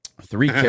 Three